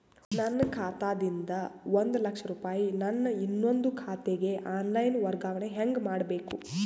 ನನ್ನ ಖಾತಾ ದಿಂದ ಒಂದ ಲಕ್ಷ ರೂಪಾಯಿ ನನ್ನ ಇನ್ನೊಂದು ಖಾತೆಗೆ ಆನ್ ಲೈನ್ ವರ್ಗಾವಣೆ ಹೆಂಗ ಮಾಡಬೇಕು?